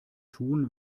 tun